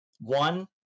One